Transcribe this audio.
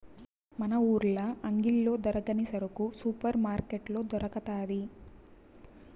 మన ఊర్ల అంగిల్లో దొరకని సరుకు సూపర్ మార్కట్లో దొరకతాది